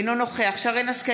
אינו נוכח שרן מרים השכל,